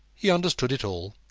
he understood it all.